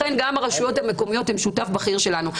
גם הרשויות המקומיות הן שותף בכיר שלנו,